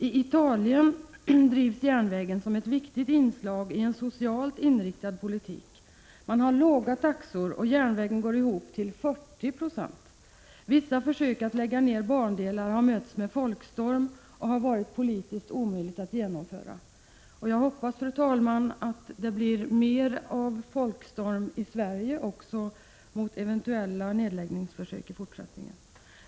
I Italien drivs järnvägen som ett viktigt inslag i en socialt inriktad politik. Man har låga taxor, och järnvägen går ihop till 40 20. Vissa försök att lägga ned bandelar har mötts med folkstorm och har varit politiskt omöjliga att genomföra. Jag hoppas, fru talman, att det i fortsättningen blir mer av folkstorm i Sverige mot eventuella nedläggningsförsök.